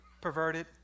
perverted